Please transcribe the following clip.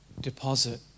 deposit